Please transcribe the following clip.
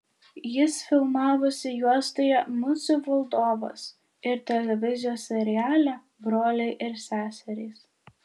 jis filmavosi juostoje musių valdovas ir televizijos seriale broliai ir seserys